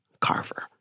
Carver